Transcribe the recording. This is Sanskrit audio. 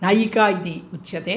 नायिका इति उच्यते